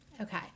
Okay